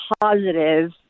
positive